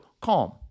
CALM